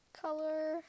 color